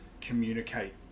communicate